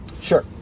Sure